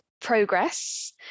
progress